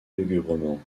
lugubrement